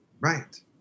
right